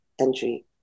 entry